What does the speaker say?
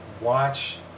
watch